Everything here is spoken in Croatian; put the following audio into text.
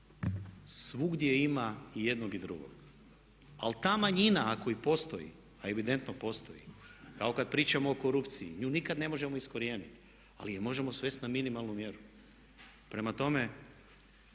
svugdje ima i jednog i drugog. Ali ta manjina ako i postoji, a evidentno postoji kao kad pričamo o korupciji. Nju nikada ne možemo iskorijeniti, ali je možemo svest na minimalnu mjeru. Prema tome,